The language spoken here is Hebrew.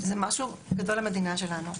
זה משהו גדול למדינה שלנו.